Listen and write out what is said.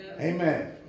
Amen